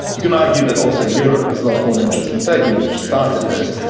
you can argue that also europe has lost all and interest in turkey, which started this,